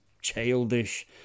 childish